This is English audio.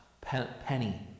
penny